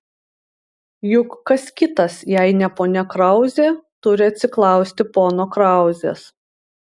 juk kas kitas jei ne ponia krauzė turi atsiklausti pono krauzės